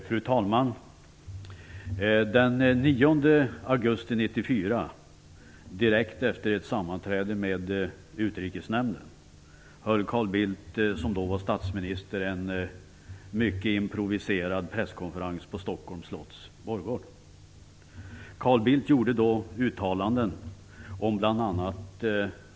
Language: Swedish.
Fru talman! Den 9 augusti 1994, direkt efter ett sammanträde med Utrikesnämnden, höll dåvarande statsminister Carl Bildt en mycket improviserad presskonferens på Stockholms slotts borggård.